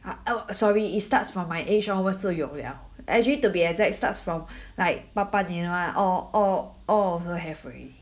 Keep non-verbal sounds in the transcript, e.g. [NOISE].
ah oh sorry it starts from my age one onwards 就有了 actually to be exact starts from [BREATH] like 八八年 one all all all also have already [BREATH]